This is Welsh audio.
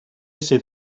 sydd